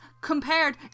compared